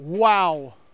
Wow